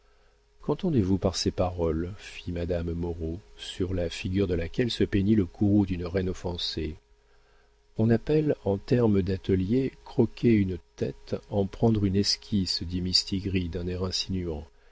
qu'entendez-vous par ces paroles fit madame moreau sur la figure de laquelle se peignit le courroux d'une reine offensée on appelle en termes d'atelier croquer une tête en prendre une esquisse dit mistigris d'un air insinuant